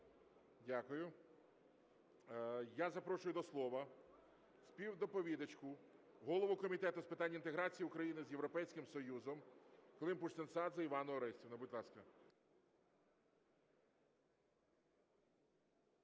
Дякую. Я запрошую до слова співдоповідачку, голову Комітету з питань інтеграції України з Європейським Союзом Климпуш-Цинцадзе Іванну Орестівну. Будь ласка.